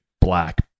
black